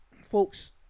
folks